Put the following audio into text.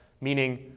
Meaning